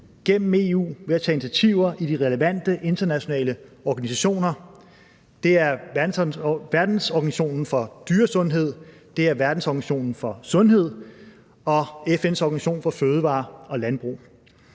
gennem EU ved at tage initiativer i de relevante internationale organisationer. Det er Verdensorganisationen for dyresundhed, det er Verdenssundhedsorganisationen, og det